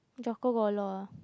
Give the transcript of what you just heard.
got a lot ah